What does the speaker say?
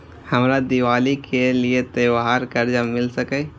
हमरा दिवाली के लिये त्योहार कर्जा मिल सकय?